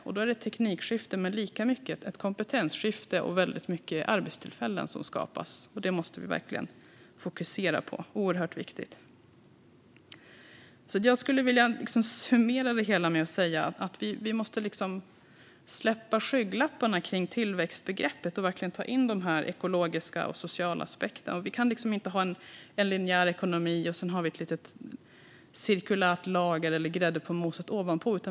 Det är ett teknikskifte men lika mycket ett kompetensskifte, och väldigt många arbetstillfällen skapas. Det måste vi fokusera på. Det är oerhört viktigt. Jag vill summera det hela med att vi måste släppa skygglapparna kring tillväxtbegreppet och ta in de ekologiska och sociala aspekterna. Vi kan inte ha en linjär ekonomi och sedan ett litet cirkulärt lager ovanpå, som grädde på moset.